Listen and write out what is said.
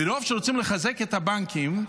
מרוב שרוצים לחזק את הבנקים,